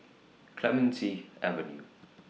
Clementi Avenue